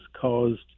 caused